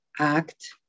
act